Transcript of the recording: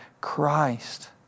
Christ